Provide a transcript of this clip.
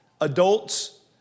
adults